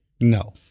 No